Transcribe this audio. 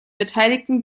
beteiligten